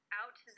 out